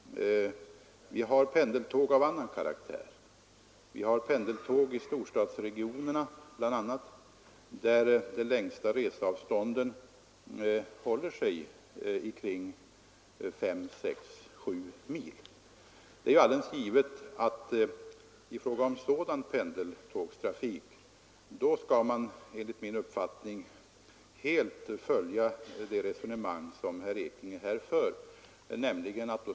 Vi har pendeltåg av annan karaktär. I storstadsregionerna har vi pendeltåg där de längsta reseavstånden håller sig kring 5, 6 eller 7 mil. I fråga om sådan pendeltågstrafik kan man enligt min uppfattning helt följa det resonemang som herr Ekinge för.